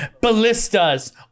Ballistas